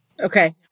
Okay